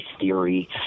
theory